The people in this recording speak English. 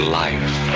life